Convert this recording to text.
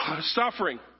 suffering